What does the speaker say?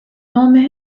nome